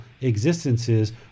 existences